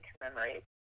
commemorate